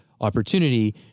opportunity